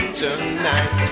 tonight